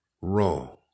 wrong